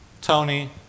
Tony